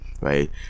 right